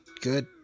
good